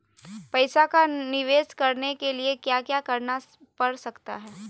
पैसा का निवेस करने के लिए क्या क्या करना पड़ सकता है?